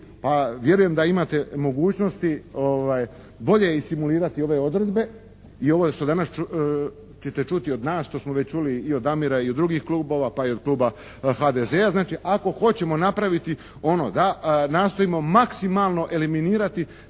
Pa vjerujem da imate mogućnosti bolje simulirati ove odredbe i ovo što danas ćete čuti od nas, što smo već čuli i od Damira i od drugih klubova pa i od kluba HDZ-a znači ako hoćemo napraviti ono da nastojimo maksimalno eliminirati